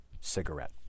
cigarette